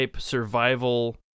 survival